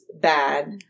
bad